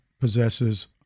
possesses